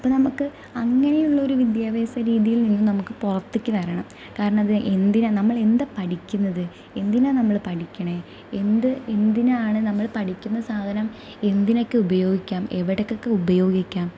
അപ്പം നമുക്ക് അങ്ങനെ ഉള്ളൊരു വിദ്യാഭ്യാസ രീതിയിൽ നിന്ന് നമുക്ക് പുറത്തേക്ക് വരണം കാരണം അത് എന്തിനാണ് നമ്മൾ എന്താണ് പഠിക്കുന്നത് എന്തിനാണ് നമ്മൾ പഠിക്കുന്നത് എന്ത് എന്തിനാണ് നമ്മൾ പഠിക്കുന്നത് സാധനം എന്തിനൊക്കെ ഉപയോഗിക്കാം എവിടേക്കൊക്കെ ഉപയോഗിക്കാം